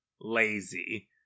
lazy